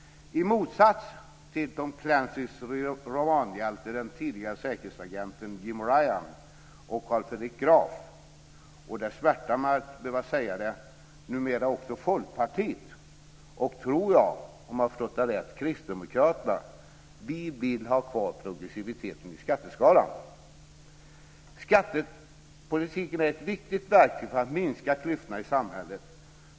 I motsats till Tom Clancys romanhjälte den tidigare säkerhetsagenten Jack Ryan, Carl Fredrik Graf och, vilket smärtar mig att behöva säga det, numera också Folkpartiet och, om jag har förstått det rätt, Kristdemokraterna vill vi ha kvar progressiviteten i skatteskalan. Skattepolitiken är ett viktigt verktyg för att minska klyftorna i samhället.